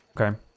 okay